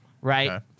right